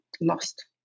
lost